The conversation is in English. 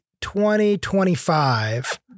2025